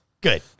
Good